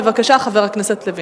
בבקשה, חבר הכנסת לוין.